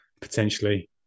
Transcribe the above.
potentially